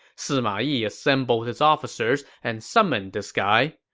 sima yi assembled his officers and summoned this guy.